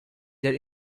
that